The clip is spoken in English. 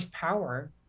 power